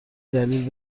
دلیل